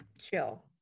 chill